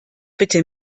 bitte